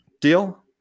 Deal